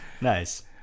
Nice